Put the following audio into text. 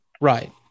Right